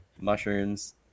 mushrooms